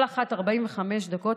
כל אחת של 45 דקות.